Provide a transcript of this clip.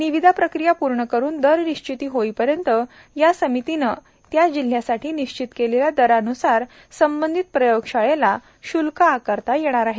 निविदा प्रक्रिया पूर्ण करून दर निश्चिती होईपर्यंत या समितीने त्या जिल्ह्यासाठी निश्चित केलेल्या दरान्सार संबंधित प्रयोगशाळेला श्ल्क आकारता येईल